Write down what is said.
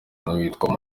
n’uwitwa